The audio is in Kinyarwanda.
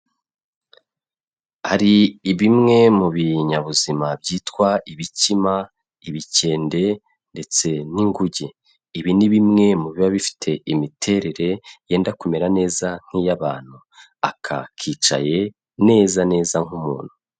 Hari bimwe mu binyabuzima byitwa ibikima, ibikende ndetse n'inguge. Ibi ni bimwe mu biba bifite imiterere yenda kumera neza nk'iy'abantu, aka kicaye neza neza nk'umuntu.